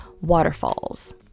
Waterfalls